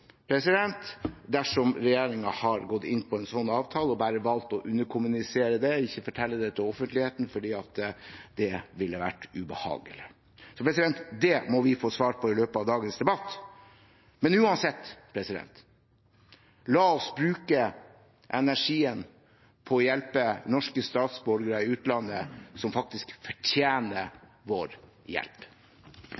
dersom regjeringen har gått inn på en slik avtale og har valgt bare å underkommunisere det og ikke fortelle det til offentligheten fordi det ville vært ubehagelig. Det må vi få svar på i løpet av dagens debatt. Men uansett: La oss bruke energien på å hjelpe norske statsborgere i utlandet som faktisk fortjener